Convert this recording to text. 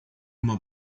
uma